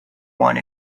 one